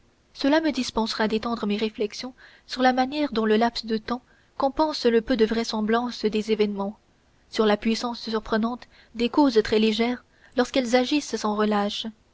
ceci me dispensera d'étendre mes réflexions sur la la manière dont le laps de temps compense le peu de vraisemblance des événements sur la puissance surprenante des causes très légères lorsqu'elles agissent sans relâche